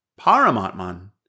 Paramatman